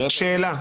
שאלה.